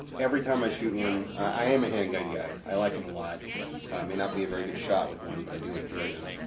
every time i shoot one, i am a handgun guy, i like em a lot. i may not be a very good shot with one, but i do enjoy them.